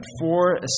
four